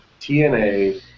TNA